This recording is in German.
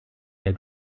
der